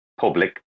public